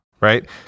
right